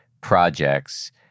projects